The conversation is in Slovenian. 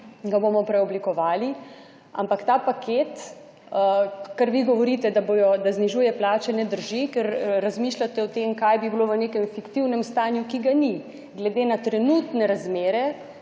ga bomo preoblikovali, ampak ta paket, kar vi govorite, da bodo, da znižuje plače, ne drži, ker razmišljate o tem kaj bi bilo v nekem fiktivnem stanju, ki ga ni. Glede na trenutne razmere,